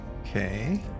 Okay